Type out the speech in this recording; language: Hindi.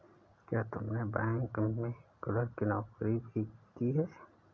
क्या तुमने बैंक में क्लर्क की नौकरी भी की है?